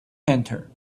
enter